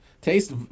Taste